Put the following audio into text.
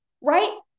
Right